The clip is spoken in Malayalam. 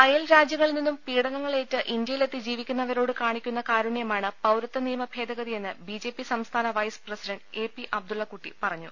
അയൽ രാജ്യങ്ങളിൽ നിന്നും പീഡനങ്ങളേറ്റ് ഇന്ത്യയിലെത്തി ജീവിക്കുന്നവരോട് കാണിക്കുന്ന കാരുണ്യമാണ് പൌരത്വനിയമഭേദഗതിയെന്ന് ബി ജെ പി സംസ്ഥാന vice president A P Abdullakutty പറഞ്ഞു